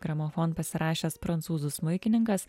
gramofon pasirašęs prancūzų smuikininkas